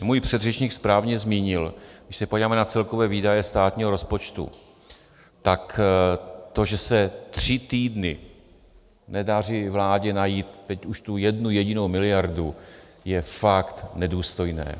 Můj předřečník správně zmínil, když se podíváme na celkové výdaje státního rozpočtu, tak to, že se tři týdny nedaří vládě najít teď už tu jednu jedinou miliardu, je fakt nedůstojné.